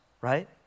right